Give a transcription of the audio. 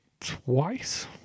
twice